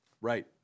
right